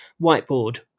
whiteboard